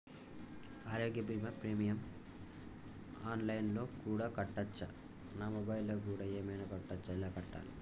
ఆరోగ్య బీమా premium online లో కూడా కట్టచ్చా? నా మొబైల్లో కూడా ఏమైనా కట్టొచ్చా? ఎలా కట్టాలి?